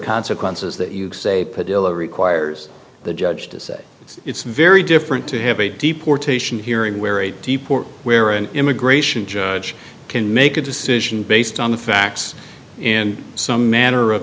consequences that you say padilla requires the judge to say it's very different to have a deportation hearing where it deep or where an immigration judge can make a decision based on the facts in some manner of